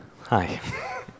Hi